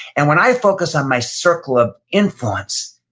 and when i focus on my circle of influence,